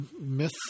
myth